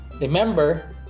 remember